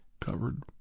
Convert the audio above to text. covered